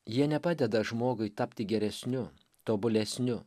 jie nepadeda žmogui tapti geresniu tobulesniu